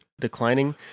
declining